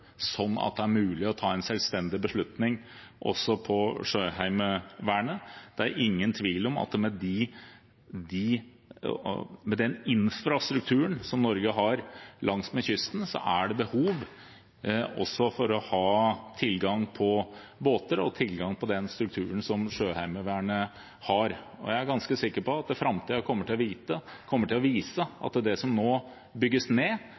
at det er mulig å ta en selvstendig beslutning også for Sjøheimevernet. Det er ingen tvil om at med den infrastrukturen som Norge har langsmed kysten, er det også behov for å ha tilgang på båter og tilgang på den strukturen som Sjøheimevernet har. Jeg er ganske sikker på at framtiden kommer til å vise at det som nå bygges ned,